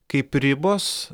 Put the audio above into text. kaip ribos